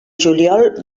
juliol